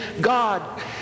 God